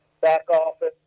back-office